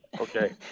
Okay